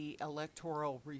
electoral